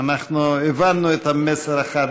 הבנו את המסר החד.